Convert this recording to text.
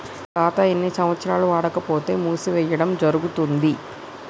ఖాతా ఎన్ని సంవత్సరాలు వాడకపోతే మూసివేయడం జరుగుతుంది?